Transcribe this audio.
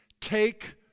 Take